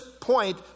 point